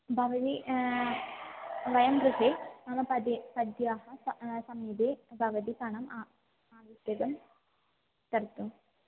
भवती वयं कृते मम पदे पद्याः समीपे भवती कणम् आवश्यकं कर्तुम्